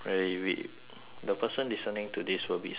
the person listening to this will be so done